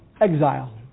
exile